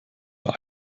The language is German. bei